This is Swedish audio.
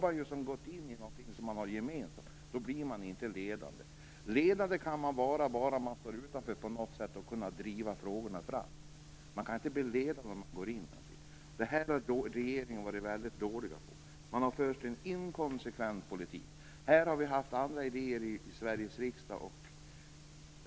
Då har man gått in i någonting som är gemensamt, och då är man inte ledande. Ledande kan man bara vara om man står utanför och kan driva frågorna framåt. Det här har regeringen varit väldigt dålig på. Man har fört en inkonsekvent politik. Här i Sveriges riksdag har vi haft andra idéer.